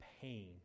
pain